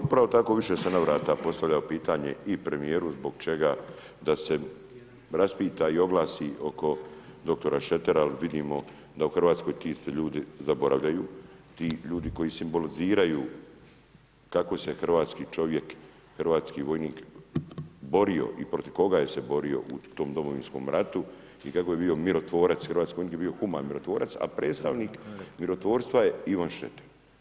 Upravo tako u više se navrata postavlja pitanje i premijeru zbog čega, da se raspita i oglasi oko dr. Šretera, ali vidimo da u Hrvatskoj ti se ljudi zaboravljaju, ti ljudi koji simboliziraju kako se hrvatski čovjek, hrvatski vojnik borio i protiv koga se borio u tom Domovinskom ratu i kako je bio mirotvorac, on je bio humani mirotvorac, a predstavnik mirotvorstva je Ivo Šreter.